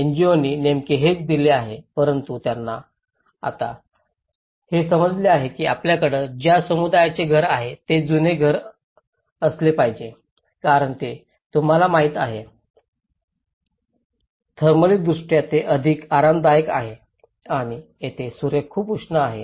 एनजीओनी नेमके हेच दिले आहे परंतु आता त्यांना हे समजले आहे की आपल्याकडे ज्या समुदायाचे घर आहे ते जुने घर असले पाहिजे कारण हे तुम्हाला माहिती आहे थरमॅलीदृष्ट्या ते अधिक आरामदायक आहे आणि येथे सूर्य खूप उष्ण आहे